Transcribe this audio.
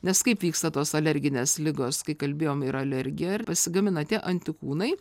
nes kaip vyksta tos alerginės ligos kai kalbėjom yra alergija pasigamina tie antikūnai